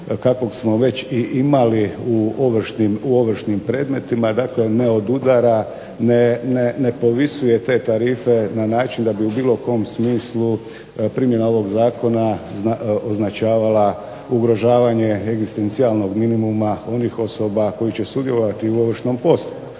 kakvog smo već imali u ovršnim predmetima, ne od udara, ne povisuje te tarife na način da bi u bilo kom smislu primjena ovog zakona označavala ugrožavanje egzistencijalnog minimuma onih osoba koji će sudjelovati u Ovršnom postupku.